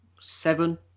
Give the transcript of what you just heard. Seven